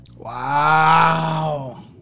Wow